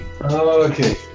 Okay